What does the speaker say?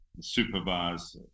supervise